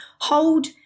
hold